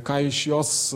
ką iš jos